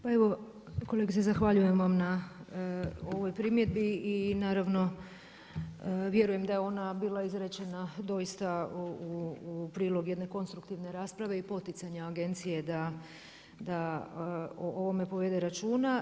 Pa evo kolegice zahvaljujemo vam na ovoj primjedbi i naravno vjerujem da je ona bila izrečena doista u prilog jedne konstruktivne rasprave i poticanja agencije da o ovome povede računa.